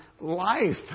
life